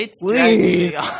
please